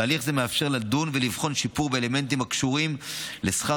תהליך זה מאפשר לדון ולבחון שיפור באלמנטים הקשורים לשכר